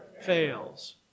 fails